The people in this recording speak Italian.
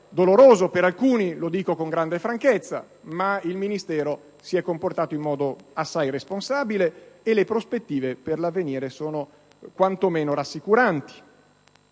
doloroso per alcuni, lo dico con grande franchezza, ma il Ministero si è comportato in modo responsabile e le prospettive per l'avvenire sono quantomeno rassicuranti.